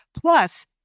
plus